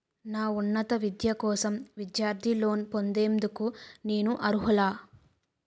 నా ఉన్నత విద్య కోసం విద్యార్థి లోన్ పొందేందుకు నేను అర్హులా?